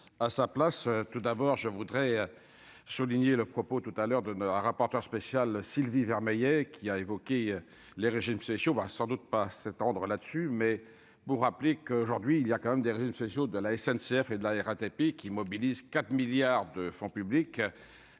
à sa place, tout d'abord je voudrais souligner le propos tout à l'heure de rapporteur spécial, Sylvie Vermeillet, qui a évoqué les régimes spéciaux, va sans doute pas s'étendre là-dessus mais vous rappeler que, aujourd'hui, il y a quand même des régimes spéciaux de la SNCF et de la RATP qui mobilise 4 milliards de fonds publics,